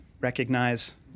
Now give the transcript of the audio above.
recognize